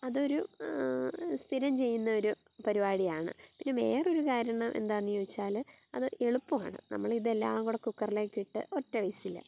അത് ഒരു സ്ഥിരം ചെയ്യുന്നൊരു പരിപാടിയാണ് പിന്നെ വേറൊരു കാരണം എന്താന്ന് ചോദിച്ചാൽ അത് എളുപ്പമാണ് നമ്മളിതെല്ലാം കുടെ കുക്കറിലേക്കിട്ട് ഒറ്റ വിസിൽ